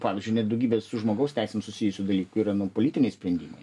pavyzdžiui net daugybė su žmogaus teisėm susijusių dalykų yra nu politiniai sprendimai